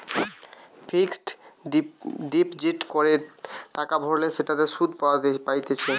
fixed deposit করে টাকা ভরলে সেটাতে সুধ পাইতেছে